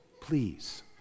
Please